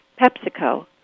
PepsiCo